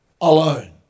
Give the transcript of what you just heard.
alone